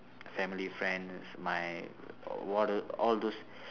family friends my all those